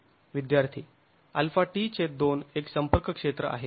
विद्यार्थी αt2 एक संपर्क क्षेत्र आहे